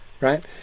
right